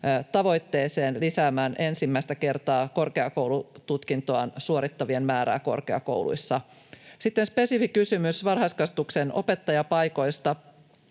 tavoitteeseen, lisäämään ensimmäistä kertaa korkeakoulututkintoa suorittavien määrää korkeakouluissa. Sitten spesifi kysymys varhaiskasvatuksen opettajapaikoista.